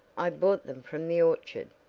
i brought them from the orchard.